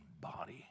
body